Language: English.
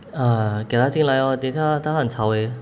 啊给了进来哦等一下它很吵 eh